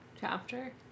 chapter